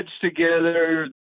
together